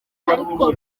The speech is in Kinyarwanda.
ariko